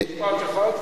אפשר משפט אחד?